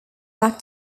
back